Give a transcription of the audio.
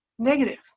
negative